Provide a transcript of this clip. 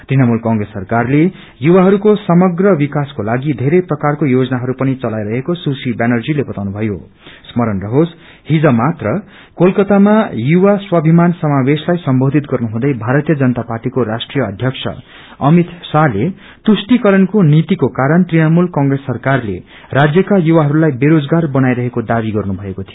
तृणमूल क्र्रेस सरकारले युवाहरूको समग्र विकासेको लागि थेरै प्रकारको योजनाहरू पनि चलाईरहेको सुश्री व्यानर्जीले बताउनुभयों स्मरण होस हिज मात्र क्रेलकातामा युवा स्वाभिमान समावेशलाद सम्बोधित गन्नु हुँदै भारतीय जनता पार्टीको राष्ट्रिय अध्यक्ष अमित शाहत्ते तुष्औकारण्क्रो नीतिको कारण तृणमूल कंग्रेस सरकारले राज्यका युवाहरूलाई बेरोजगार बनाइरहेको दावी गर्नुभएको थियो